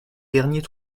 derniers